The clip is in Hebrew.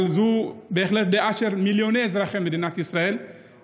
אבל זו בהחלט דעה של מיליוני אזרחי מדינת ישראל,